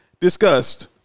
discussed